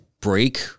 break